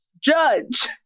judge